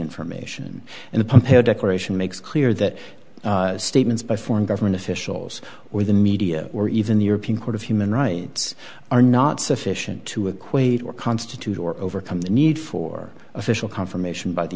information and the pump air declaration makes clear that statements by foreign government officials or the media or even the european court of human rights are not sufficient to equate or constitute or overcome the need for official confirmation by the